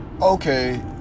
okay